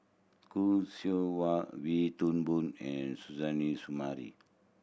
Khoo Seow Hwa Wee Toon Boon and Suzairhe Sumari